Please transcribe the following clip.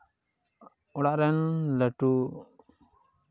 ᱚᱲᱟᱜ ᱨᱮᱱ ᱞᱟᱹᱴᱩ